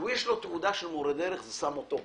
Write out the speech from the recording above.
יש תעודה של מורה דרך, זה שם אותו גבוה.